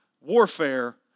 warfare